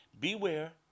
beware